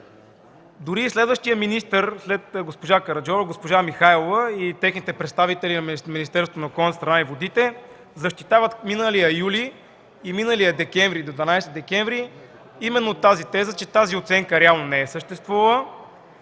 Дори и следващият министър, след госпожа Караджова – госпожа Михайлова и представителите на Министерството на околната среда и водите, защитават миналия юли и миналия декември – 12 декември, именно тази теза, че тази оценка реално не е съществувала